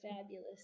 fabulous